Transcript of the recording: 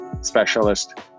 specialist